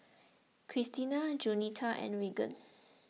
Christena Jaunita and Regan